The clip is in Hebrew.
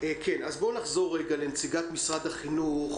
נחזור לנציגת שפ"י ממשרד החינוך,